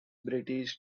british